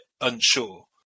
unsure